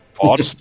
odd